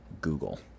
Google